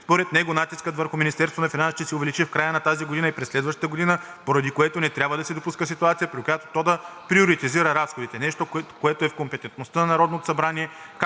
Според него натискът върху Министерството на финансите ще се увеличи в края на тази година и през следващата година, поради което не трябва да се допуска ситуация, при която то да приоритизира разходите – нещо, което е в компетентностите на Народното събрание,